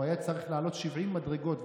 הוא היה צריך לעלות 70 מדרגות,